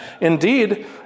Indeed